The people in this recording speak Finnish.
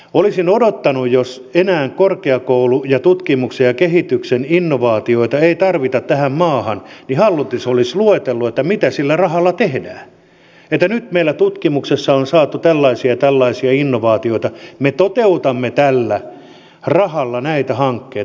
olisin odottanut jos enää korkeakoulu ja tutkimuksen ja kehityksen innovaatioita ei tarvita tähän maahan että hallitus olisi luetellut mitä sillä rahalla tehdään että nyt meillä tutkimuksessa on saatu tällaisia ja tällaisia innovaatioita me toteutamme tällä rahalla näitä hankkeita